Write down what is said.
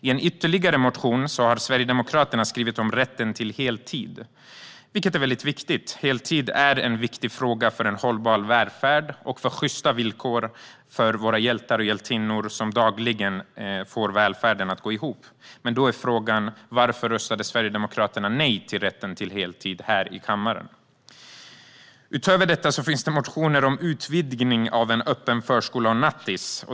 I en ytterligare motion har Sverigedemokraterna skrivit om rätten till heltid. Heltid är en viktig fråga för en hållbar välfärd och för sjysta villkor för våra hjältar och hjältinnor som dagligen får välfärden att gå ihop. Men då blir frågan: Varför röstade Sverigedemokraterna nej till rätten till heltid här i kammaren? Utöver detta finns motioner om utvidgning av den öppna förskolan och nattis.